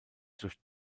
durch